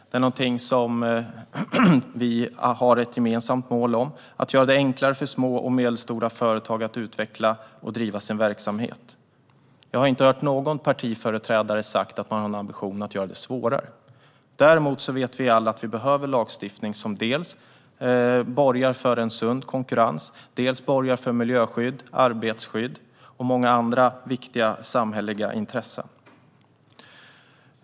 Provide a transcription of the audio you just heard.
Det är någonting som vi har ett gemensamt mål om: att göra det enklare för små och medelstora företag att utveckla och driva sin verksamhet. Jag har inte hört någon partiföreträdare säga att man har en ambition att göra det svårare. Däremot vet vi alla att vi behöver lagstiftning som dels borgar för en sund konkurrens, dels värnar om miljöskydd, arbetsskydd och många andra viktiga samhälleliga intressen.